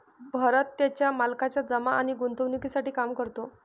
भरत त्याच्या मालकाच्या जमा आणि गुंतवणूकीसाठी काम करतो